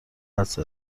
حدس